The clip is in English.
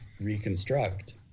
reconstruct